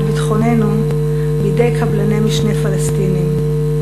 את ביטחוננו בידי קבלני משנה פלסטינים.